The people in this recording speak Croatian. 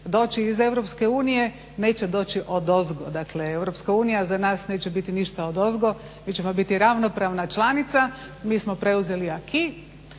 unije, neće doći odozgo, dakle Europska unija za nas neće biti ništa odozgo, mi ćemo biti ravnopravna članica, mi smo preuzeli